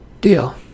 Deal